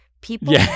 people